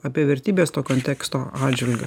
apie vertybes to konteksto atžvilgiu